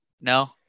No